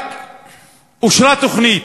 רק אושרה תוכנית.